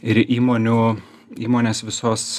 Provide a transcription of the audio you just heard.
ir įmonių įmonės visos